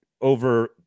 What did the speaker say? over